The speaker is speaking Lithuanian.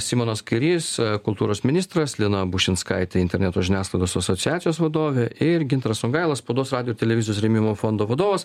simonas kairys kultūros ministras lina bušinskaitė interneto žiniasklaidos asociacijos vadovė ir gintaras songaila spaudos radijo ir televizijos rėmimo fondo vadovas